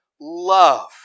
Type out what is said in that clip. love